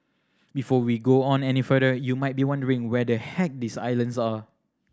before we go on any further you might be wondering whether heck these islands are